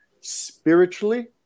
spiritually